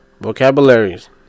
Vocabularies